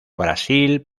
brasil